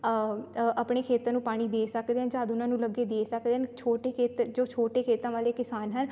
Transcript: ਆ ਆਪਣੇ ਖੇਤਾਂ ਨੂੰ ਪਾਣੀ ਦੇ ਸਕਦੇ ਆ ਜਦ ਉਹਨਾਂ ਨੂੰ ਲੱਗੇ ਦੇ ਸਕਦੇ ਹਨ ਛੋਟੇ ਖੇਤ ਜੋ ਛੋਟੇ ਖੇਤਾਂ ਵਾਲੇ ਕਿਸਾਨ ਹਨ